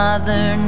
Mother